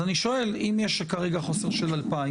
אז אני שואל האם יש כרגע חוסר של 2,000,